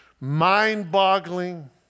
mind-boggling